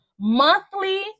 Monthly